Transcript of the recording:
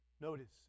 Notice